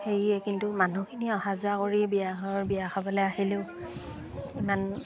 হেৰিয়ে কিন্তু মানুহখিনি অহা যোৱা কৰি বিয়া ঘৰ বিয়া খাবলৈ আহিলেও ইমান